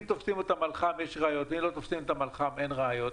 אם תופסים אותם על חם יש ראיות ואם לא תופסים אותם על חם אין ראיות,